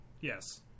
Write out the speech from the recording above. yes